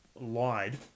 lied